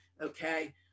Okay